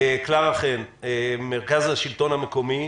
קלרה חן ממרכז השלטון המקומי,